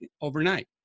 overnight